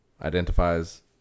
identifies